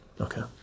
okay